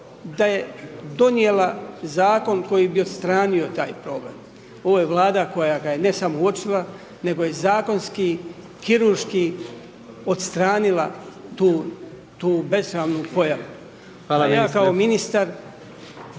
da je donijela zakon koji bi odstranio taj problem. Ovo je vlada koja ga je ne samo uočila nego i zakonski kirurški odstranila tu tu besramnu pojavu. .../Upadica: